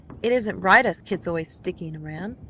it isn't right, us kids always sticking around.